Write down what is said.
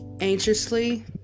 anxiously